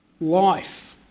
life